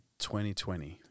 2020